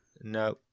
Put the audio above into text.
No